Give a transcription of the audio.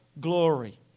glory